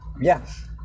Yes